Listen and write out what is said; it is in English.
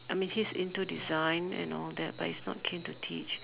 I mean he's into design and all that but he's not keen to teach